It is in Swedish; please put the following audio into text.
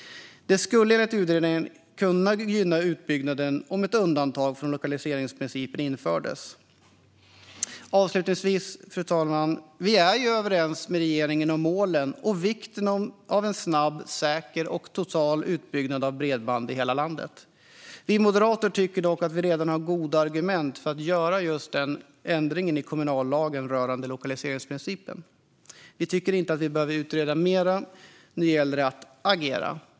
Det skulle enligt utredningen kunna gynna utbyggnaden om ett undantag från lokaliseringsprincipen infördes. Fru talman! Vi är överens med regeringen om målen och vikten av en snabb, säker och total utbyggnad av bredband i hela landet. Vi moderater tycker dock att vi redan har goda argument för att göra en ändring i kommunallagen rörande lokaliseringsprincipen. Vi tycker inte att vi behöver utreda mer. Nu gäller det att agera.